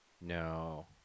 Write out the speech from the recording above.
No